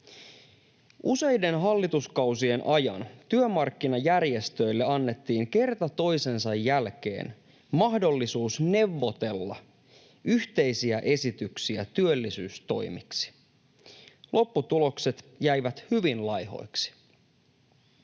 Useiden hallituskausien ajan työmarkkinajärjestöille annettiin kerta toisensa jälkeen mahdollisuus neuvotella yhteisiä esityksiä työllisyystoimiksi. Lopputulokset jäivät hyvin laihoiksi.